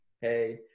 hey